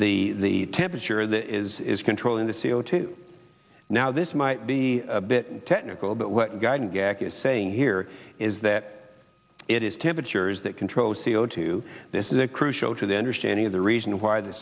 the temperature that is controlling the c o two now this might be a bit technical but what guidance gak is saying here is that it is temperatures that control c o two this is a crucial to the understanding of the reason why the